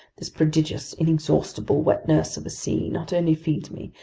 this prodigious, inexhaustible wet nurse of a sea not only feeds me,